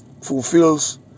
fulfills